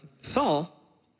Saul